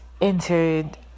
entered